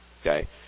Okay